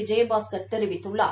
விஜயபாஸ்கர் தெரிவித்துள்ளார்